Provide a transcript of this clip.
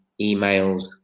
emails